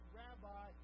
rabbi